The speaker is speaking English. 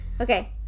Okay